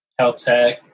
Caltech